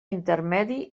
intermedi